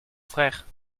frère